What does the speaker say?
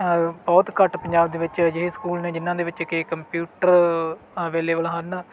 ਬਹੁਤ ਘੱਟ ਪੰਜਾਬ ਦੇ ਵਿੱਚ ਅਜਿਹੇ ਸਕੂਲ ਨੇ ਜਿਹਨਾਂ ਦੇ ਵਿੱਚ ਕਿ ਕੰਪਿਊਟਰ ਅਵੇਲੇਬਲ ਹਨ